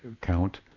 count